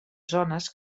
zones